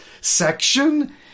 section